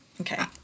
Okay